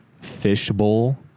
fishbowl